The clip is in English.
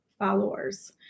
followers